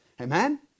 Amen